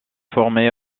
formé